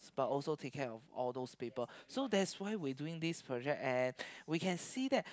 but also take care of all those people so that's why we doing this project and we can see that